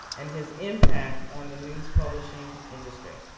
and his impact on the news publishing industry.